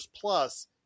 plus